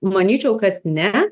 manyčiau kad ne